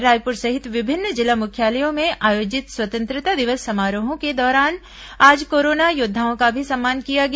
रायपुर सहित विभिन्न जिला मुख्यालयों में आयोजित स्वतंत्रता दिवस समारोहों के दौरान आज कोरोना योद्वाओं का भी सम्मान किया गया